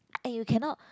eh you cannot